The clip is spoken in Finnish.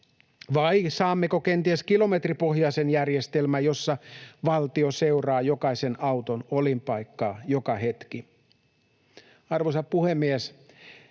Vai saammeko kenties kilometripohjaisen järjestelmän, jossa valtio seuraa jokaisen auton olinpaikkaa joka hetki? Arvoisa puhemies!